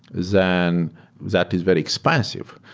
then that is very expensive.